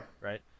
right